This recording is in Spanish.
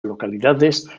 localidades